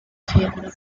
favourable